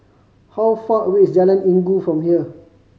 how far away is Jalan Inggu from here